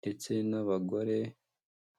ndetse n'abagore